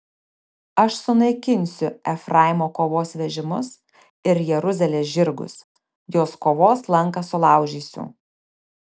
aš sunaikinsiu efraimo kovos vežimus ir jeruzalės žirgus jos kovos lanką sulaužysiu